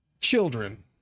Children